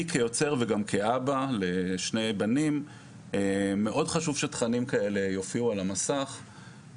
לי כיוצר וכאבא לשני בנים מאוד חשוב שתכנים כאלה יופיעו על המסך,